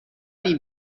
این